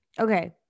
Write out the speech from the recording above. Okay